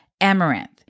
amaranth